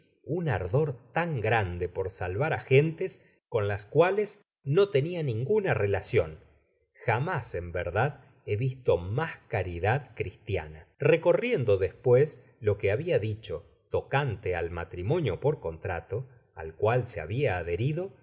un ardor tan grande por salvar á gentes con las cuales no tenia ninguna relacion jamás en verdad he visto mas earidad cristiana recorriendo despues lo que habia dicho tocante al matrimonio por contrato al eual se habia adherido